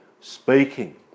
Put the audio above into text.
speaking